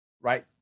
right